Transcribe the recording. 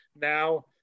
now